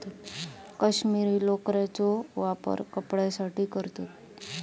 कश्मीरी लोकरेचो वापर कपड्यांसाठी करतत